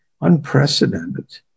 unprecedented